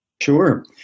Sure